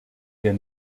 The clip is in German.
wir